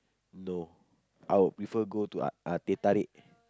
no I would prefer go to uh teh-tarik